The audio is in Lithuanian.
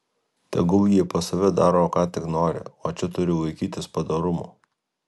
tegul jie pas save daro ką tik nori o čia turi laikytis padorumo